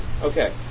Okay